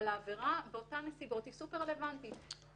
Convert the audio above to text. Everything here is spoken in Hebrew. אבל העבירה באותן נסיבות היא סופר-רלוונטית,